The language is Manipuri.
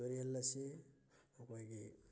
ꯇꯨꯔꯦꯜ ꯑꯁꯤ ꯑꯩꯈꯣꯏꯒꯤ